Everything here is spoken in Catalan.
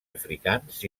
africans